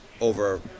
over